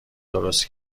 درست